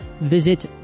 visit